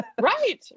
right